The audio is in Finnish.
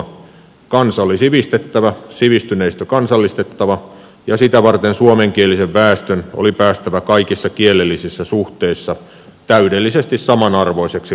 kansa oli sivistettävä sivistyneistö kansallistettava ja sitä varten suomenkielisen väestön oli päästävä kaikissa kielellisissä suhteissa täydellisesti samanarvoiseksi ruotsinkielisten kanssa